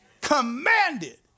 Commanded